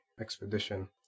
expedition